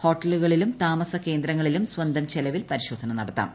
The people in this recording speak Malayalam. ഹോട്ടലുകളിലും താമസ കേന്ദ്രങ്ങളിലും സ്വന്തം ചെലവിൽ പരിശോധന നടത്താം